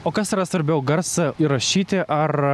o kas yra svarbiau garsą įrašyti ar